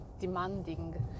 demanding